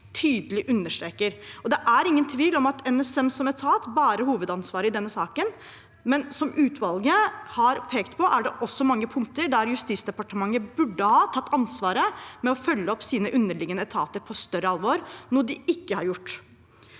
tydelig understreker. Det er ingen tvil om at NSM som etat bærer hovedansvaret i denne saken, men som utvalget har pekt på, er det også mange punkter der Justisdepartementet burde ha tatt ansvaret for å følge opp sine underliggende etater med større alvor, noe de ikke har gjort.